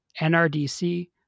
NRDC